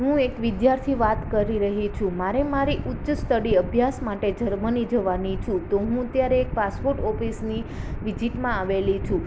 હું એક વિદ્યાર્થી વાત કરી રહી છું મારે મારી ઉચ્ચ સ્ટડી અભ્યાસ માટે જર્મની જવાની છું તો હું ત્યારે એક પાસપોર્ટ ઓફિસની વિઝિટમાં આવેલી છું